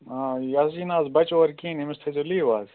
آ یہِ حظ یی نہٕ آز بَچہِ اور کِہیٖنۍ أمِس تھٲیزیو لیٖو آز